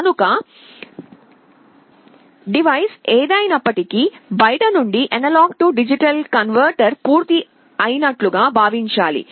కనుక డివైస్ ఏదైనప్పటికీ బయట నుండి A D కన్వెర్షన్ పూర్తి అయినట్లుగా భావించాలి